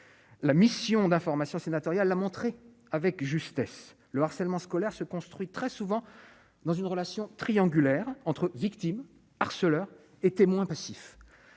la mission d'information sénatoriale a montré avec justesse le harcèlement scolaire se construit très souvent dans une relation triangulaire entre victimes harceleurs et témoin passif